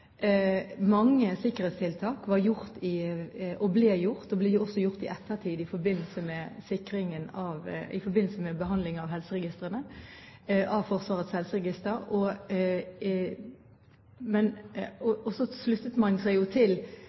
Mange sikkerhetstiltak var gjort og ble gjort, også i ettertid, i forbindelse med behandling av Forsvarets helseregister. Så sluttet man seg til den prosessen som foregikk i Helse- og omsorgsdepartementet med å finne frem til